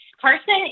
Carson